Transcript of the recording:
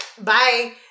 Bye